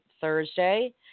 Thursday